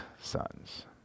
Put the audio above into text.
sons